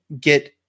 get